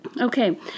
Okay